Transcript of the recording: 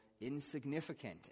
insignificant